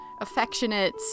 affectionate